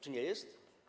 Czy nie jest?